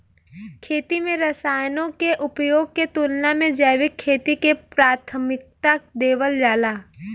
खेती में रसायनों के उपयोग के तुलना में जैविक खेती के प्राथमिकता देवल जाला